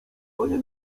panie